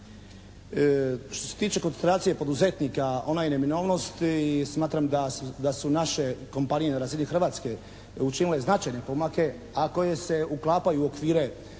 Što se tiče koncentracije poduzetnika ona je neminovnost i smatram da su naše kompanije na razini Hrvatske učinile značajne pomake a koje se uklapaju u okvire,